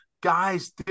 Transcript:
guys